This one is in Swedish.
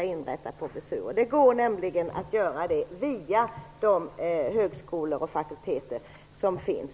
inrätta professurer. Det går nämligen att göra det via de högskolor och fakulteter som finns.